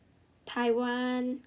Taiwan